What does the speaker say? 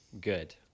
Good